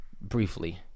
Briefly